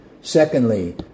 Secondly